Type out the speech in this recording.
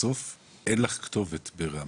בסוף אין לך כתובת ברמ"י.